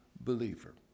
believer